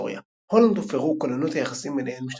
היסטוריה הולנד ופרו כוננו את היחסים ביניהן